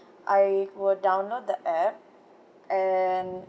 I will download the app and